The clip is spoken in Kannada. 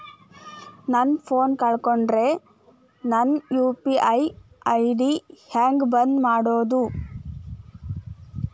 ನನ್ನ ಫೋನ್ ಕಳಕೊಂಡೆನ್ರೇ ನನ್ ಯು.ಪಿ.ಐ ಐ.ಡಿ ಹೆಂಗ್ ಬಂದ್ ಮಾಡ್ಸೋದು?